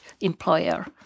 employer